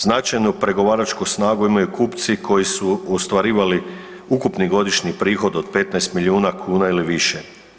Značajnu pregovaračku snagu imaju kupci koji su ostvarivali ukupni godišnji prihod od 15 milijuna kuna ili više.